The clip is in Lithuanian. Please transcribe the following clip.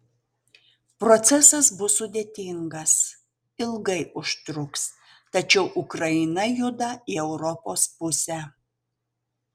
procesas bus sudėtingas ilgai užtruks tačiau ukraina juda į europos pusę